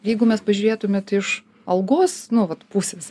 jeigu mes pažiūrėtumėt iš algos nu vat pusės